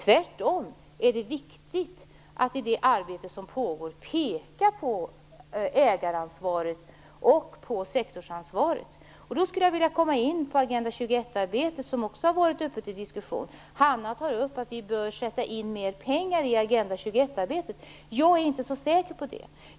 Tvärtom är det viktigt att i det arbete som pågår peka på just ägaransvaret och sektorsansvaret. Agenda 21-arbetet har också varit uppe till diskussion här. Hanna Zetterberg säger att vi bör sätta av mera pengar för Agenda 21-arbetet. Jag är inte så säker på det.